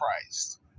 Christ